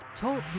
talk